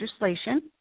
legislation